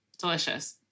Delicious